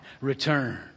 return